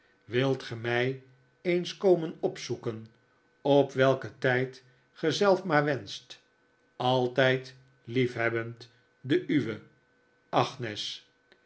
wilt ge mij eens komen opzoeken op welken tijd ge zelf maar wenscht altijd liefhebbend de uwe agnes